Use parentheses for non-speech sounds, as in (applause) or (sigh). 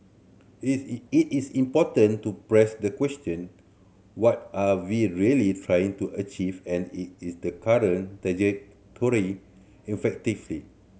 it (unintelligible) it is important to press the question what are we really trying to achieve and it is the current trajectory effectively